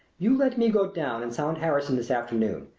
you let me go down and sound harrison this afternoon.